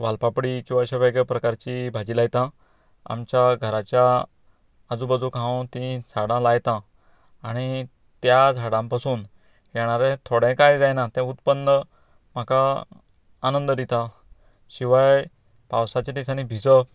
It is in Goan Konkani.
वालपापडी किंवां अशें वेगळे प्रकारची भाजी लायतां आमच्या घराच्या आजुबाजूक हांव तीं झाडां लायता आनी त्या झाडां पासून येणारें थोडे कांय जायना तें उत्पन्न म्हाका आनंद दिता शिवाय पावसाच्या दिसांनी भिजप